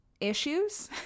issues